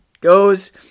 goes